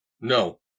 No